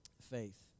faith